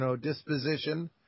disposition